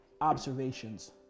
observations